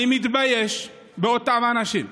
אני מתבייש באותם אנשים.